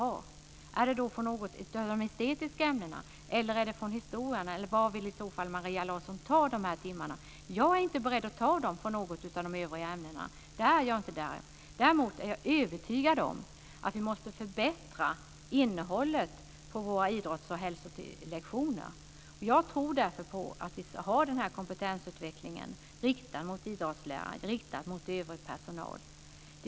Är det från något av de estetiska ämnena eller historia, eller var vill Maria Larsson ta timmarna? Jag är inte beredd att ta dem från något av de övriga ämnena. Däremot är jag övertygad om att vi måste förbättra innehållet i våra idrotts och hälsolektioner. Därför tror jag på kompetensutveckling riktad mot idrottslärare och övrig personal.